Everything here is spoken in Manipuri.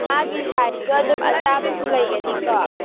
ꯃꯥꯒꯤ ꯁꯥꯏꯖꯇ ꯑꯗꯨꯝ ꯑꯆꯥꯕꯁꯨ ꯂꯩꯒꯅꯤꯀꯣ